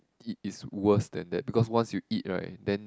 it is worse than that because once you eat right then